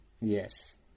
Yes